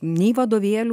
nei vadovėlių